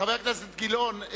חבר הכנסת גילאון,